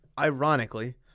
ironically